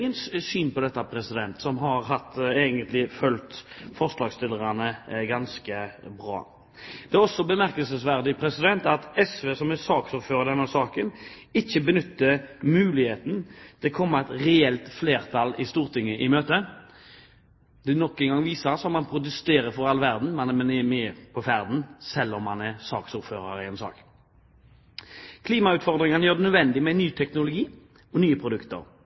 syn på dette. Det er også bemerkelsesverdig at SV, som har saksordføreren i denne saken, ikke benytter muligheten til å komme et reelt flertall i Stortinget i møte. Det viser nok en gang at man protesterer for all verden, men er med på ferden, selv om man har saksordføreren i en sak. Klimautfordringene gjør det nødvendig med ny teknologi og nye produkter.